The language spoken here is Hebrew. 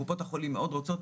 קופות החולים מאוד רוצות,